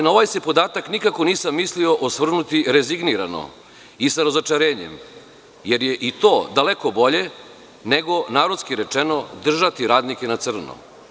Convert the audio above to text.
Na ovaj se podatak nikako nisam mislio osvrnuti rezignirano i sa razočaranjem, jer je i to daleko bolje nego narodski rečeno – držati radnike na crno.